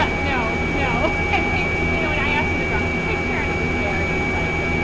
ah no. no hey, you know, when i ask him to draw me a picture and it was very, like,